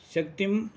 शक्तिं